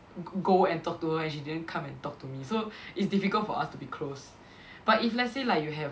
g~ go and talk to her and she didn't come and talk to me so it's difficult for us to be close but if let's say like you have